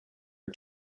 are